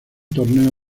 torneo